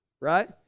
right